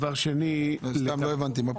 לא הבנתי.